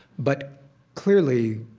but clearly,